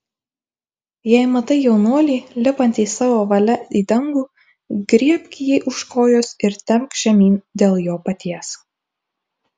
jei matai jaunuolį lipantį savo valia į dangų griebk jį už kojos ir temk žemyn dėl jo paties